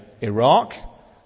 Iraq